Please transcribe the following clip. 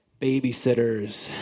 babysitters